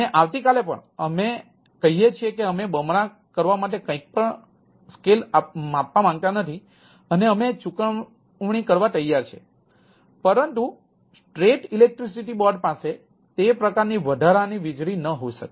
અને આવતીકાલે પણ અમે કહીએ છીએ કે અમે બમણા કરવા માટે કંઈ પણ સ્કેલ માપવા માંગતા નથી અને અમે ચૂકવણી કરવા તૈયાર છીએ પરંતુ સ્ટેટ ઇલેક્ટ્રિસિટી બોર્ડ પાસે તે પ્રકારની વધારાની વીજળી ન હોઈ શકે